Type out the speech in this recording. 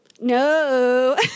No